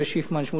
שמוליק ליטוב,